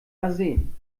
arsen